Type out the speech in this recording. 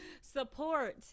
support